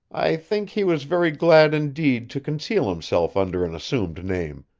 i think he was very glad indeed to conceal himself under an assumed name,